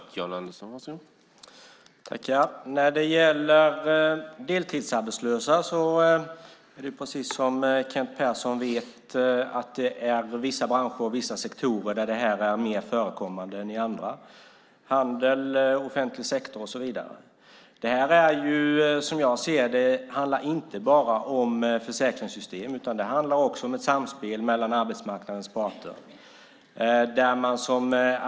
Herr talman! När det gäller deltidsarbetslöshet förekommer det, som Kent Persson vet, mer i vissa branscher och sektorer än i andra, exempelvis inom handel och offentlig sektor. Som jag ser det handlar det inte bara om försäkringssystem utan också om ett samspel mellan arbetsmarknadens parter.